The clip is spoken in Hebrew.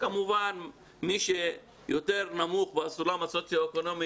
כמובן מי שיותר נמוך בסולם הסוציו-אקונומי,